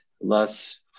less